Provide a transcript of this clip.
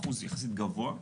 אחוז יחסית גבוה,